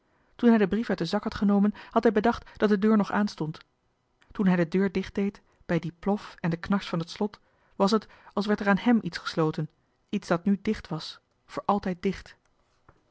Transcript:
toen hij den brief uit den zak had genomen had hij bedacht dat de deur nog aanstond toen hij de deur dicht deed bij dien plof en den knars van het slot was het als werd er aan hem iets gesloten iets dat nu dicht was voor altijd dicht